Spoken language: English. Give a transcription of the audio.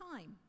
time